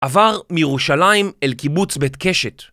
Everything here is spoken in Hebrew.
עבר מירושלים אל קיבוץ בית קשת.